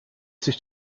sich